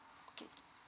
okay